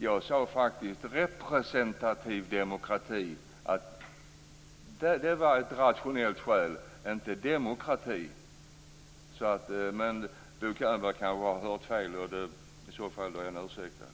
Jag sade faktiskt att representativ demokrati var ett rationellt skäl, inte enbart demokrati. Men Bo Könberg kan ha hört fel, och i så fall är han ursäktad.